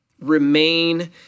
Remain